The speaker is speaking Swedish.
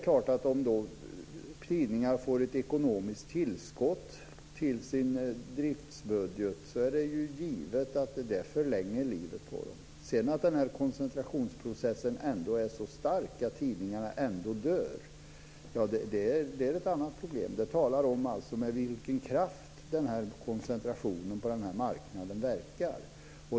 Om då tidningar får ett ekonomiskt tillskott till sin driftsbudget är det givet att det förlänger livet på dem. Att sedan den här koncentrationsprocessen är så stark att tidningarna ändå dör är ett annat problem. Det talar alltså om med vilken kraft koncentrationen på den här marknaden verkar.